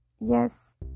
Yes